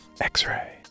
X-Ray